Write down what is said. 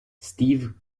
steve